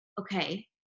okay